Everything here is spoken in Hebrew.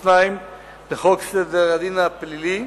ו-62 לחוק סדר הדין הפלילי.